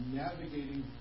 navigating